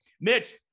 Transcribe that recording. Mitch